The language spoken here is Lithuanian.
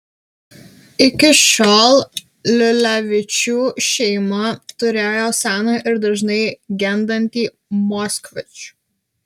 iki šiol liulevičių šeima turėjo seną ir dažnai gendantį moskvič